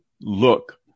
look